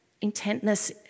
intentness